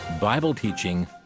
Bible-teaching